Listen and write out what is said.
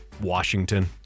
Washington